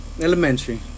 elementary